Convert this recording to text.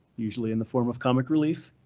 usually in the form of comic relief.